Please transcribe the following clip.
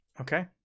Okay